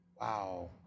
Wow